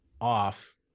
off